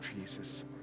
Jesus